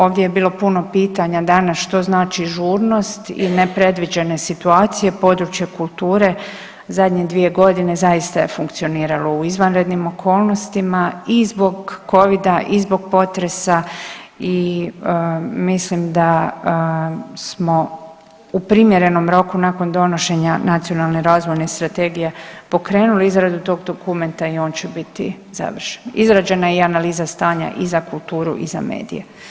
Ovdje je bilo puno pitanja danas što znači žurnost i nepredviđene situacija područje kulture zadnje dvije godine zaista je funkcioniralo u izvanrednim okolnostima i zbog covida, i zbog potresa i mislim da smo u primjerenom roku nakon donošenja Nacionalne razvojne strategije pokrenuli izradu tog dokumenta i on će biti završen, izrađena je i analiza stanja i za kulturu i za medije.